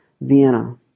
Vienna